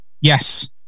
Yes